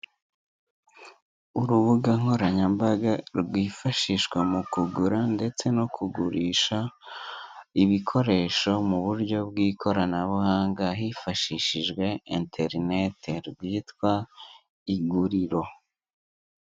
Urubuga nkoranyambaga rwifashishwa mu kugura ndetse no kugurisha ibikoresho mu buryo bw'ikoranabuhanga hifashishijwe interinete rwitwa iguriro.